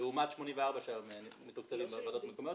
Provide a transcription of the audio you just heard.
לעומת 84 שמתוקצבים בוועדות המקומיות,